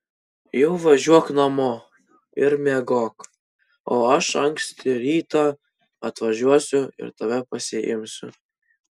jau važiuok namo ir miegok o aš anksti rytą atvažiuosiu ir tave pasiimsiu